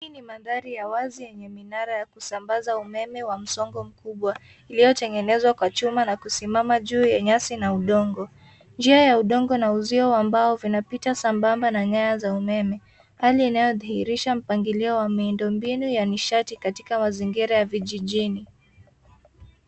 Hii ni mandhara ya wazi yenye minara ya kusambaza umeme wa msongo mkubwa, iliyotengenezwa kwa chuma na kusimama juu ya nyasi na udongo. Njia ya udongo na uzio wa mbao vinapita sambamba na nyaya za umeme, hali inayodhihirisha mpangilio wa miundombinu ya nishati katika mazingira ya vijijini.